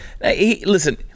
Listen